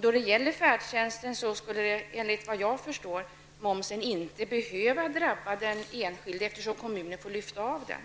Då det gäller färdtjänsten skall, enligt vad jag förstår, momsen inte behöva drabba den enskilde, eftersom kommunen får lyfta av den.